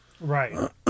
Right